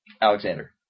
Alexander